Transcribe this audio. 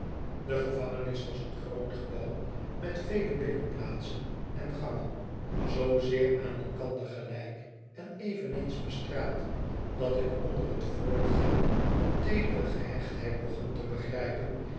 de gevangenis was een groot gebouw met vele binnenplaatsen en gangen zoo zeer aan elkander gelijk en eveneens bestraat dat ik onder het voortgaan de teedere gehechtheid begon te begrijpen